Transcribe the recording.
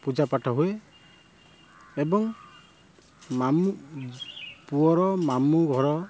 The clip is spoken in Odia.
ପୂଜାପାଠ ହୁଏ ଏବଂ ମାମୁଁ ପୁଅର ମାମୁଁ ଘର